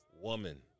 woman